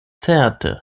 certe